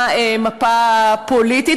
במפה הפוליטית.